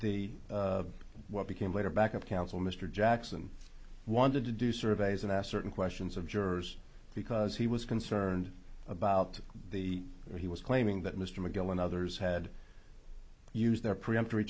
the what became later backup counsel mr jackson wanted to do surveys and asked certain questions of jurors because he was concerned about the he was claiming that mr mcgill and others had used their preempt